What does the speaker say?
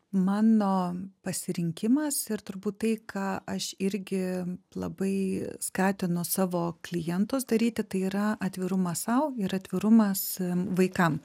mano pasirinkimas ir turbūt tai ką aš irgi labai skatinu savo klientus daryti tai yra atvirumas sau ir atvirumas vaikam